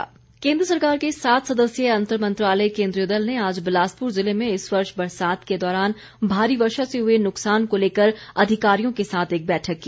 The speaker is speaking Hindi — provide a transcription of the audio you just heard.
केंद्रीय दल केंद्र सरकार के सात सदस्यीय अंतरमंत्रालय केंद्रीय दल ने आज बिलासपुर जिले में इस वर्ष बरसात के दौरान भारी वर्षा से हुए नुकसान को लेकर अधिकारियों के साथ एक बैठक की